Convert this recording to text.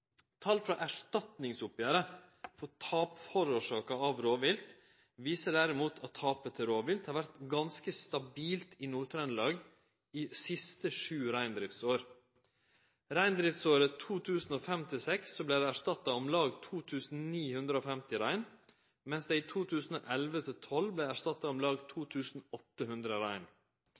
for tap forårsaka av rovvilt viser derimot at tapet til rovvilt har vore ganske stabilt i Nord-Trøndelag dei siste sju reindriftsåra. Reindriftsåret 2005/2006 vart det erstatta om lag 2 950 rein, medan det i 2011/2012 vart erstatta om lag 2 800 rein.